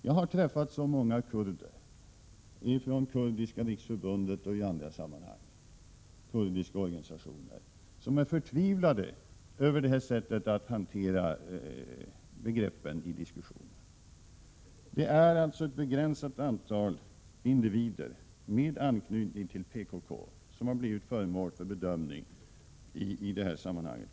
Jag har träffat många kurder — genom Kurdiska riksförbundet, kurdiska organisationer och i andra sammanhang — som är förtvivlade över det här sättet att hantera begreppen i diskussionen. Det är alltså ett begränsat antal individer med anknytning till PKK som har blivit föremål för bedömning i detta sammanhang.